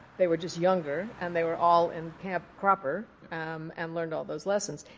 they were just younger. and they were all in camp cropper and learned all those lessons.